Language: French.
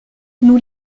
nous